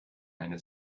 eine